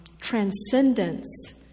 transcendence